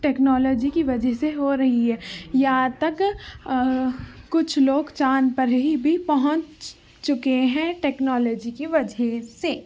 technology کی وجہ سے ہو رہی ہے یاں تک کچھ لوگ چاند پر ہی بھی پہنچ چکے ہیں ٹیکنالوجی کی وجہ سے